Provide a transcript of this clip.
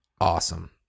Awesome